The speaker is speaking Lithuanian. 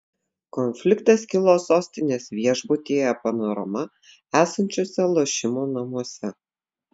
konfliktas kilo sostinės viešbutyje panorama esančiuose lošimo namuose